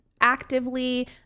actively